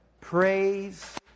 praise